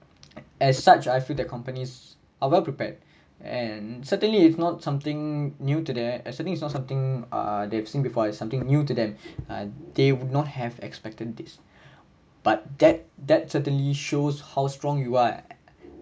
as such I feel that companies are well prepared and certainly is not something new today and certainly is not something ah they've seen before it's something new to them ah they would not have expected this but that that certainly shows how strong you are